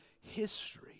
history